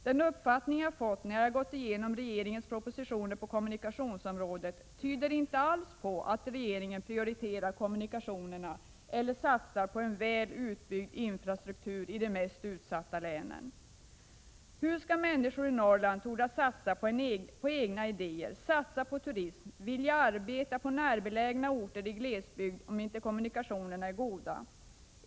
Den uppfattning jag har fått när jag gått igenom regeringens propositioner på kommunikationsområdet är att regeringen inte alls prioriterar kommunikationerna eller satsar på en väl utbyggd infrastruktur i de mest utsatta länen. Hur skall människor i Norrland tordas satsa på egna idéer och på turism eller vilja arbeta på närbelägna orter i glesbygd, om inte kommunikationerna är goda?